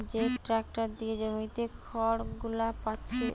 যে ট্যাক্টর দিয়ে জমিতে খড়গুলো পাচ্ছে